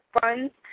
funds